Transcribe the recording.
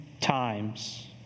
times